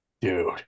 dude